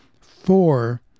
four